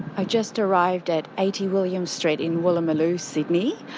i just arrived at eighty william street in woolloomooloo, sydney.